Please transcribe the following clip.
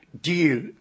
deal